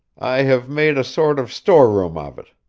i have made a sort of store-room of it.